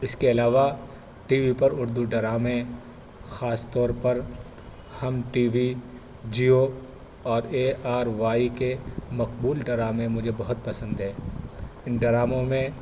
اس کے علاوہ TV پر اردو ڈرامے خاص طور پر ہم ٹی وی جیو اور اے آر وائی کے مقبول ڈرامے مجھے بہت پسند ہیں ان ڈراموں میں